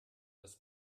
das